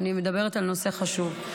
אני מדברת על נושא חשוב,